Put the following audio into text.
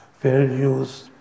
values